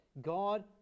God